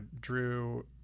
Drew